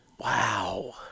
Wow